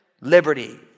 Liberty